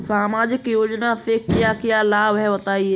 सामाजिक योजना से क्या क्या लाभ हैं बताएँ?